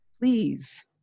Please